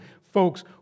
folks